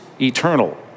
eternal